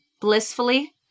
blissfully